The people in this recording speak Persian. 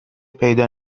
پیدا